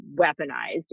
weaponized